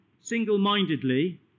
single-mindedly